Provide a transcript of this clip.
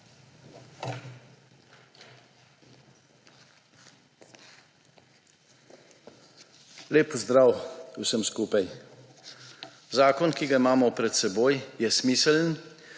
Lep pozdrav vsem skupaj! Zakon, ki ga imamo pred seboj, je smiseln,